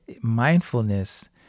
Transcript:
Mindfulness